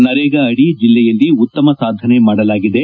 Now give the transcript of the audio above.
ನರೇಗಾ ಅಡಿ ಜಿಲ್ಲೆಯಲ್ಲಿ ಉತ್ತಮ ಸಾಧನೆ ಮಾಡಲಾಗಿದೆ